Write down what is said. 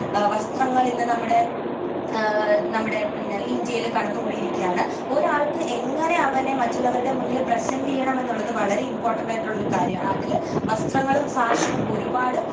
വസ്ത്രങ്ങളിന്ന് നമ്മുടെ നമ്മുടെ ഇന്ത്യയില് കടന്നുകൂടിയിരിക്കുകയാണ് ഒരാൾക്ക് എങ്ങനെ അവനെ മറ്റുള്ളവരുടെ മുന്നില് പ്രസൻറ്റെ ചെയ്യണമെന്നുള്ളത് വളരെ ഇമ്പോട്ടൻ്റായിട്ടുള്ള ഒരു കാര്യമാണ് അതില് വസ്ത്രങ്ങളും ഫാഷനും ഒരുപാട്